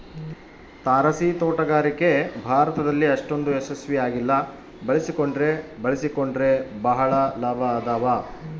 ತಾರಸಿತೋಟಗಾರಿಕೆ ಭಾರತದಲ್ಲಿ ಅಷ್ಟೊಂದು ಯಶಸ್ವಿ ಆಗಿಲ್ಲ ಬಳಸಿಕೊಂಡ್ರೆ ಬಳಸಿಕೊಂಡರೆ ಬಹಳ ಲಾಭ ಅದಾವ